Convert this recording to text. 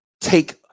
take